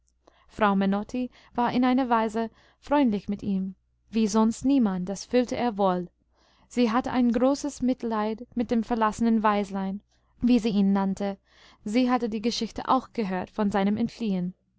frau menotti war in einer weise freundlich mit ihm wie sonst niemand das fühlte er wohl sie hatte ein großes mitleid mit dem verlassenen waislein wie sie ihn nannte sie hatte die geschichte auch gehört von seinem entfliehen